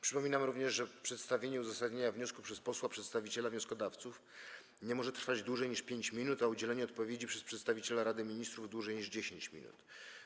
Przypominam również państwu, że przedstawienie uzasadnienia wniosku przez posła przedstawiciela wnioskodawców nie może trwać dłużej niż 5 minut, a udzielenie odpowiedzi przez przedstawiciela Rady Ministrów - dłużej niż 10 minut.